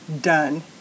done